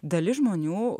dalis žmonių